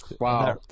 wow